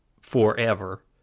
forever